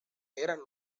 eran